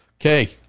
Okay